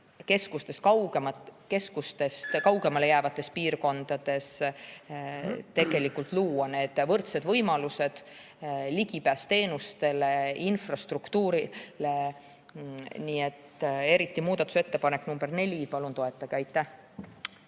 keskustest kaugemale jäävates piirkondades tegelikult luua võrdsed võimalused, ligipääs teenustele, infrastruktuurile. Nii et eriti muudatusettepanek nr 4 – palun toetage! Aitäh!